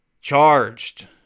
Charged